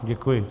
Děkuji.